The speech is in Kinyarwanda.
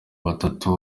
batatu